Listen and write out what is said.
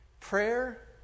prayer